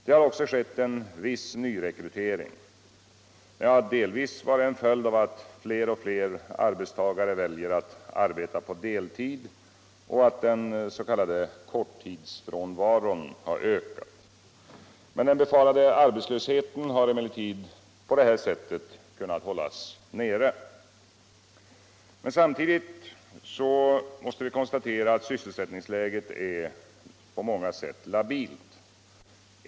Det har också skett en viss nyrekrytering. Den har delvis varit en följd av att fler och fler arbetstagare väljer att arbeta på deltid och att den s.k. korttidsfrånvaron ökat. Den befarade arbetslösheten har emellertid på så sätt kunnat hållas nere. Samtidigt måste vi konstatera att sysselsättningsläget på många sätt är labilt.